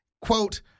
Quote